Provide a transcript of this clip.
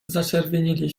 zaczerwienili